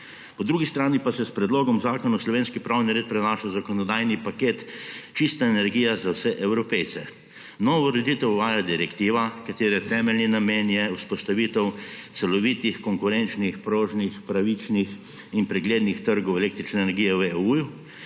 Po drugi strani pa se s predlogom zakona v slovenski pravni red prenaša zakonodajni paket Čista energija za vse Evropejce. Novo ureditev uvaja direktiva, katere temeljni namen je vzpostavitev celovitih konkurenčnih, prožnih, pravičnih in preglednih trgov električne energije v EU,